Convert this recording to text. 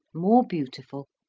more beautiful,